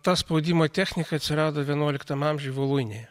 ta spaudimo technika atsirado vienuoliktam amžiuj voluinėje